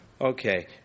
Okay